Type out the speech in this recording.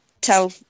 tell